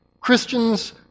Christians